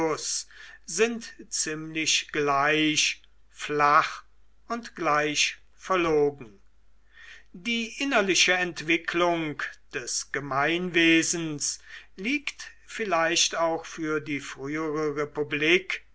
sind ziemlich gleich flach und gleich verlogen die innerliche entwicklung des gemeinwesens liegt vielleicht für die frühere republik